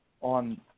on